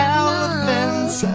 elephants